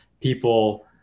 people